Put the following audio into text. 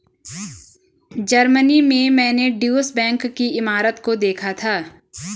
Germany में मैंने Deutsche bank की इमारत को देखा था